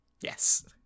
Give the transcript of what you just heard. Yes